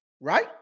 Right